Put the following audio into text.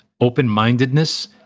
open-mindedness